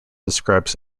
describes